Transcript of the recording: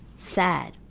sad,